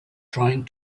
trying